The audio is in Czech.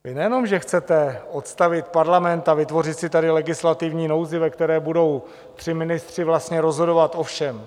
Vy nejenom že chcete odstavit Parlament a vytvořit si tady legislativní nouzi, ve které budou tři ministři vlastně rozhodovat o všem.